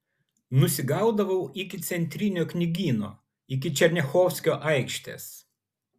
nusigaudavau iki centrinio knygyno iki černiachovskio aikštės